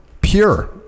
pure